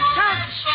touch